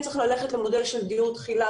צריך ללכת למודל של דיור תחילה,